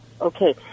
Okay